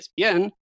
ESPN